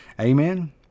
amen